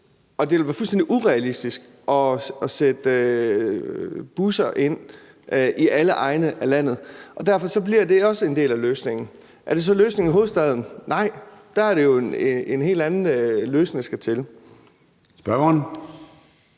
og ville være fuldstændig urealistisk at sætte busser ind i alle egne af landet, og derfor bliver de ting også en del af løsningen. Er det så løsningen i hovedstaden? Nej, for dér er det jo en helt anden løsning der skal til. Kl.